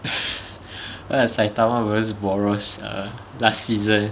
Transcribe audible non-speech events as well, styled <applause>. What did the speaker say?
<laughs> saitama versus borros err last season